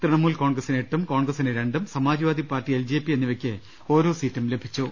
തൃണമൂൽ കോൺഗ്ര സിന് എട്ടും കോൺഗ്രസിന് രണ്ടും സമാജ്വാദിപാർട്ടി എൽ ജെ പി എന്നിവയ്ക്ക് ഓരോ സീറ്റും ലഭിച്ചു